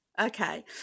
Okay